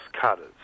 cutters